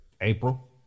April